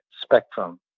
spectrum